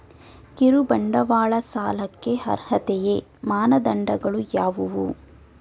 ಕಿರುಬಂಡವಾಳ ಸಾಲಕ್ಕೆ ಅರ್ಹತೆಯ ಮಾನದಂಡಗಳು ಯಾವುವು?